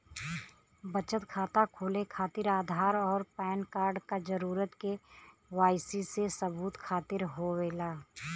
बचत खाता खोले खातिर आधार और पैनकार्ड क जरूरत के वाइ सी सबूत खातिर होवेला